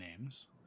names